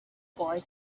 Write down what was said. boy